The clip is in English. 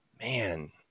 man